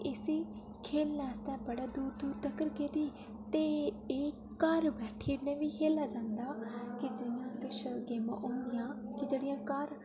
इसी खेढने आस्तै बड़ा दूर दूर तक्कर गेदी ते एह् घर बैठियै बी खेढेआ जंदा कि जि'यां किश गेमां होंदियां कि जेह्ड़ियां घर